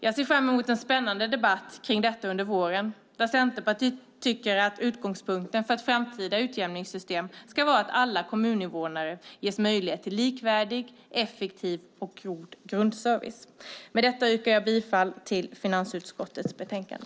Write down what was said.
Jag ser fram emot en spännande debatt kring detta under våren, där Centerpartiet tycker att utgångspunkten för ett framtida utjämningssystem ska vara att alla kommuninvånare ges möjlighet till en likvärdig, effektiv och god grundservice. Med detta yrkar jag bifall till förslaget i finansutskottets betänkande.